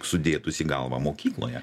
sudėtus į galvą mokykloje